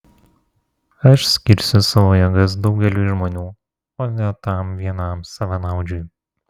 aš skirsiu savo jėgas daugeliui žmonių o ne tam vienam savanaudžiui